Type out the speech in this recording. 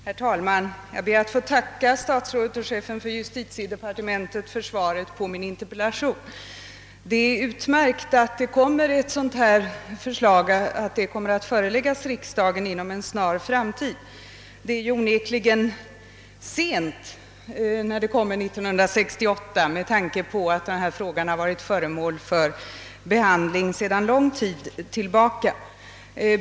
Herr talman! Jag ber att få tacka statsrådet och chefen för justitiedepartementet för svaret på min interpellation. Det är utmärkt att det förslag justitieministern nämner om i svaret kommer att föreläggas riksdagen i en nära framtid. Med tanke på att denna fråga har behandlats sedan lång tid tillbaka är det onekligen rätt sent att förslag framlägges först 1968.